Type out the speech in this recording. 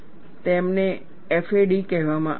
તેમને FAD કહેવામાં આવે છે